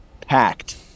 packed